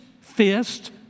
fist